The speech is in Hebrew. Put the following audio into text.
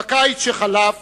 בקיץ שחלף